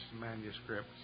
manuscripts